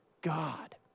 God